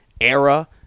era